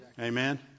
Amen